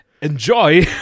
enjoy